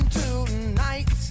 tonight